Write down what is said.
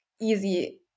easy